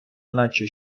наче